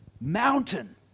mountain